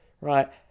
Right